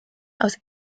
aus